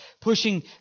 Pushing